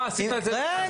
אה, עשית את זה --- גם?